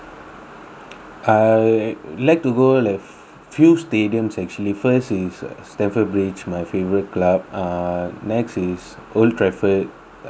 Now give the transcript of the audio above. I like to go like few stadiums actually first is stamford bridge my favourite club uh next is old trafford uh Manchester United